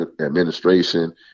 administration